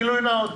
גילוי נאות